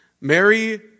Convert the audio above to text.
Mary